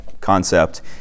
concept